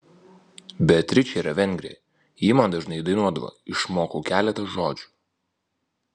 beatričė yra vengrė ji man dažnai dainuodavo išmokau keletą žodžių